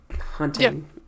hunting